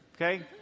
Okay